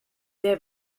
dêr